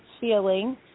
feeling